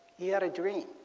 he had a dream.